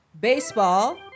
baseball